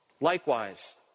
Likewise